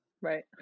right